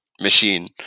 machine